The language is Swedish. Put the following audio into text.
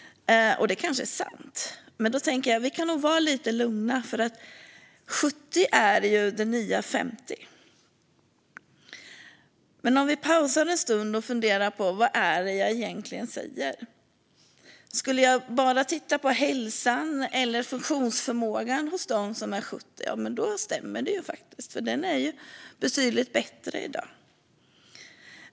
Och det kanske är sant. Men jag tänker att vi nog kan vara lugna, för 70 är ju det nya 50. Men låt oss pausa en liten stund och fundera på vad jag egentligen säger. Om man bara tittar på hälsan och funktionsförmågan hos dem som är 70 stämmer det faktiskt, för den är betydligt bättre i dag.